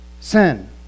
Sin